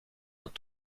het